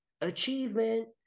achievement